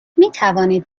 میتوانید